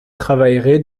travaillerez